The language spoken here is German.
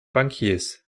bankiers